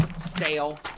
stale